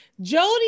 Jody